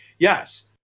Yes